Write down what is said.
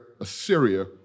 Assyria